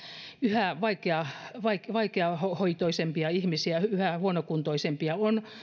yhä vaikeahoitoisempia ihmisiä yhä huonokuntoisempia on